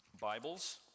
Bibles